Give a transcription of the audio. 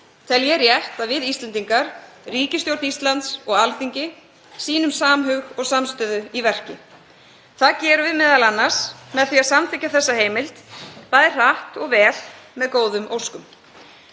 tel ég rétt að við Íslendingar, ríkisstjórn Íslands og Alþingi sýnum samhug og samstöðu í verki. Það gerum við m.a. með því að samþykkja þessa heimild bæði hratt og vel með góðum óskum.